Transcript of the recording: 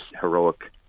heroic